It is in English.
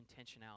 intentionality